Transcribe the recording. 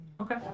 Okay